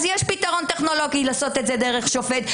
אז יש פתרון טכנולוגי לעשות את זה באמצעות שופט.